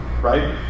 right